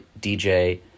DJ